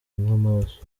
n’amaraso